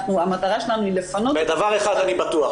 המטרה שלנו היא לפנות --- בדבר אחד אני בטוח,